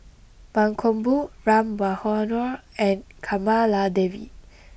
Mankombu Ram Manohar and Kamaladevi